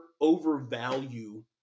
overvalue